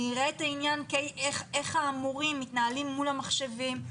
אני אראה איך המורים מתנהלים מול המחשבים,